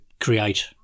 Create